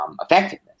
Effectiveness